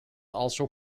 also